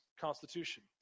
Constitution